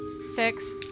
six